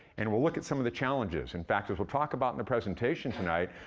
and we'll look at some of the challenges. in fact, as we'll talk about in the presentation tonight,